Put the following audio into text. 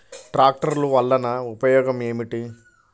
ట్రాక్టర్లు వల్లన ఉపయోగం ఏమిటీ?